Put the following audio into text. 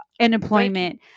unemployment